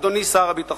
אדוני שר הביטחון,